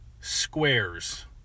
squares